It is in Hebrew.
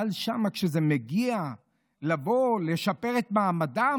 אבל כשזה מגיע ללשפר את מעמדם,